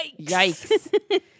yikes